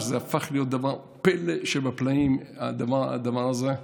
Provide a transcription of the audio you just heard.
זה הפך ממש להיות פלא שבפלאים, הדבר הזה.